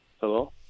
Hello